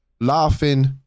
laughing